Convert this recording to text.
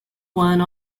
one